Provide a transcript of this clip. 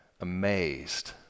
amazed